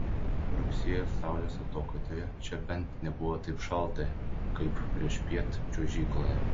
rugsėjo saulės atokaitoje čia bent nebuvo taip šalta kaip priešpiet čiuožykloje